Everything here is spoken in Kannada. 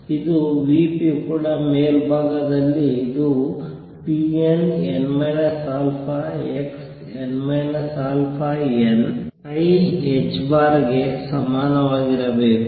ಇದು v p ಕೂಡ ಮೇಲ್ಭಾಗದಲ್ಲಿ ಇದು pnn xn αn i ಗೆ ಸಮನಾಗಿರಬೇಕು